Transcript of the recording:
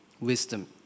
Wisdom